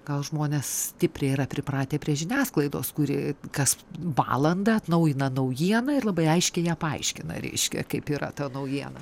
gal žmonės stipriai yra pripratę prie žiniasklaidos kuri kas valandą atnaujina naujieną ir labai aiškiai ją paaiškina reiškia kaip yra ta naujiena